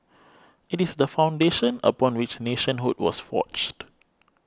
it is the foundation upon which nationhood was forged